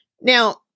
Now